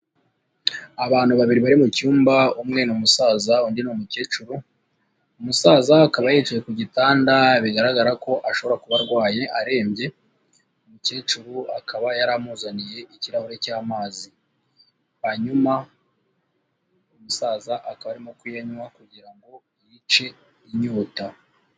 Abantu babiri bari mu cyumba umwe ni umusaza undi ni umukecuru, umusaza akaba yicaye ku gitanda bigaragara ko ashobora kuba arwaye arembye, umukecuru akaba yari amuzaniye ikirahuri cy'amazi, hanyuma umusaza akaba arimo kuyanywa kugira ngo yice inyota.